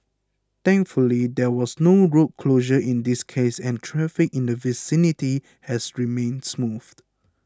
thankfully there was no road closure in this case and traffic in the vicinity has remained smooth